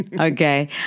okay